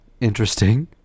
interesting